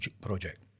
project